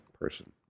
person